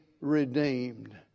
redeemed